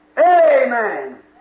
Amen